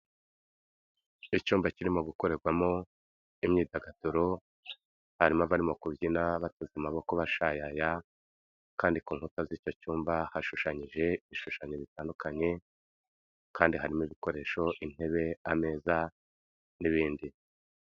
Icyumba kirimo gukorerwamo imyidagaduro, harimo abarimo kubyina bateze amaboko bashayaya kandi ku nkuta z'icyo cyumba hashushanyije ibishushanyo bitandukanye kandi harimo ibikoresho, intebe, ameza n'ibindi.